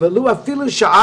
זה לא במקרה שספר